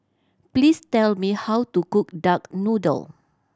please tell me how to cook duck noodle